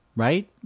right